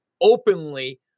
openly